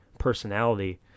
Personality